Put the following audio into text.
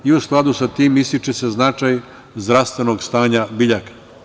U skladu sa tim, ističe se značaj zdravstvenog stanja biljaka.